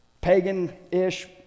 pagan-ish